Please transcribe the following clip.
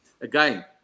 again